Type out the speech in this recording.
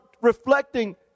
reflecting